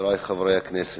חברי חברי הכנסת,